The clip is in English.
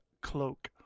cloak